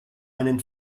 einen